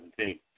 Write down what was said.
2017